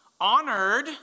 honored